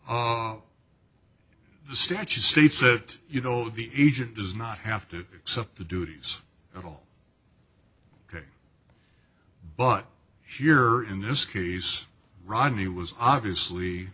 the statute states that you know the agent does not have to accept the duties at all ok but here in this case rodney was obviously